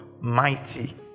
Mighty